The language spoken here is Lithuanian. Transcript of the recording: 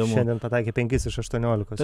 šiandien pataikė penkis iš aštuoniolikos